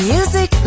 Music